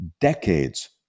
decades